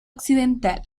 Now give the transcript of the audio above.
occidental